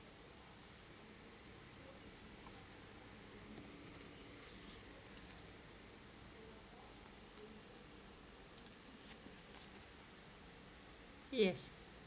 yes